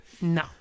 No